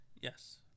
Yes